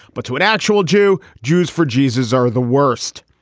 but to an actual jew. jews for jesus are the worst.